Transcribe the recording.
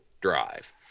drive